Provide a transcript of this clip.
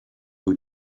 who